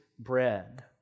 bread